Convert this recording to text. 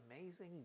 amazing